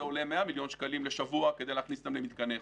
זה עולה 100 מיליון שקלים לשבוע כדי להכניס אותם למתקני איכות,